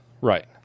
right